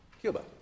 Cuba